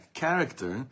character